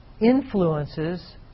influences